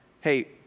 hey